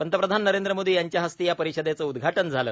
पंतप्रधान नरेंद्र मोदी यांच्याहस्ते या परिषदेचं उदघाटन झालं